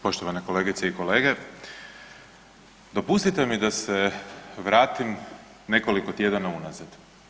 Poštovane kolegice i kolege, dopustite mi da se vratim nekoliko tjedana unazad.